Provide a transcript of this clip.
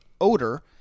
odor